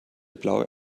blaue